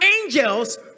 angels